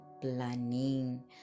planning